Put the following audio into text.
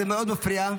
זה מאוד מפריע.